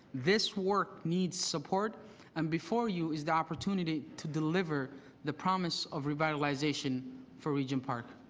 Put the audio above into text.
this work needs support and before you is the opportunity to deliver the promise of revitalization for regent park.